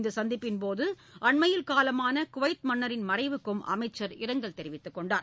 இந்த சந்திப்பின்போது அண்மையில் காலமான குவைத் மன்னரின் மறைவுக்கும் அமைச்சர் இரங்கல் தெரிவித்துக் கொண்டார்